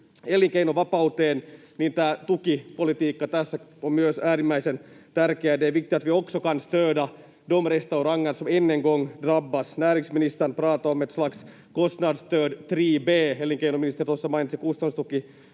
elinkeinovapauteen, niin tämä tukipolitiikka on myös äärimmäisen tärkeä. Det är viktigt att vi också kan stöda de restauranger som än en gång drabbas. Näringsministern pratade om ett slags kostnadsstöd 3 b. Elinkeinoministeri tuossa mainitsi kustannustuki